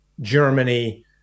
Germany